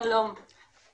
נכון יהיה שבאמת תשבו,